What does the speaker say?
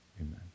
Amen